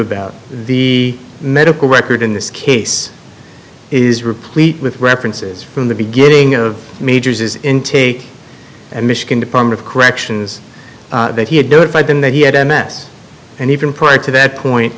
about the medical record in this case is replete with references from the beginning of major says intake and michigan department of corrections that he had notified them that he had m s and even prior to that point